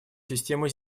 систему